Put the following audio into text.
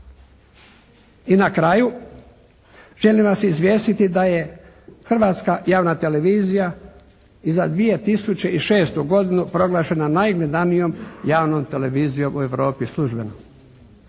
I na kraju, želim vas izvijestiti da je Hrvatska javna televizija i za 2006. godinu proglašena najgledanijom javnom televizijom u Europi službeno.